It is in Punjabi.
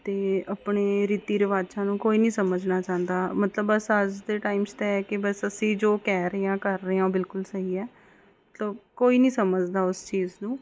ਅਤੇ ਆਪਣੇ ਰੀਤੀ ਰਿਵਾਜ਼ਾਂ ਨੂੰ ਕੋਈ ਨਹੀਂ ਸਮਝਣਾ ਚਾਹੁੰਦਾ ਮਤਲਬ ਬਸ ਅੱਜ ਦੇ ਟਾਈਮ 'ਚ ਤਾ ਇਹ ਹੈ ਕਿ ਬਸ ਅਸੀਂ ਜੋ ਕਹਿ ਰਹੇ ਹਾਂ ਕਰ ਰਹੇ ਹਾਂ ਉਹ ਬਿਲਕੁਲ ਸਹੀ ਹੈ ਮਤਲਬ ਕੋਈ ਨਹੀਂ ਸਮਝਦਾ ਉਸ ਚੀਜ਼ ਨੂੰ